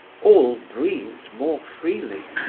all breathed more freely.